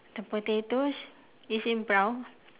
the potatoes is in brown